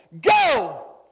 go